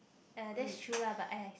!aiya! that's true lah but